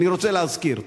אני רוצה להזכיר.